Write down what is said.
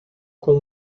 com